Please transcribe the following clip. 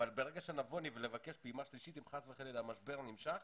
אבל ברגע שנבוא לבקש פעימה שלישית אם חס וחלילה המשבר נמשך